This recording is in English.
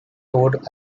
toad